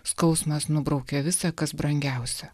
skausmas nubraukia visa kas brangiausia